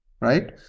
right